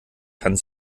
hans